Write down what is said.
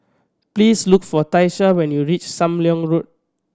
please look for Tyesha when you reach Sam Leong Road